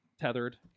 tethered